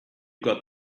got